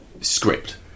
script